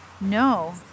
No